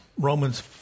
Romans